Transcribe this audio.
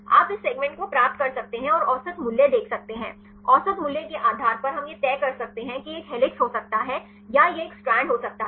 आप इस सेगमेंट को प्राप्त कर सकते हैं और औसत मूल्य देख सकते हैं औसत मूल्य के आधार पर हम यह तय कर सकते हैं कि यह एक हेलिक्स हो सकता है या यह एक स्ट्रैंड हो सकता है